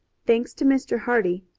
thanks to mr. hardy,